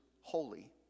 holy